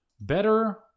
Better